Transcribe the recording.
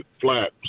flat